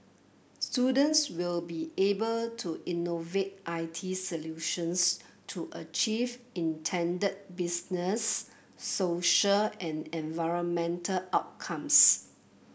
students will be able to innovate I T solutions to achieve intended business social and environmental outcomes